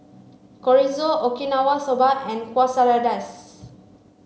Chorizo Okinawa Soba and Quesadillas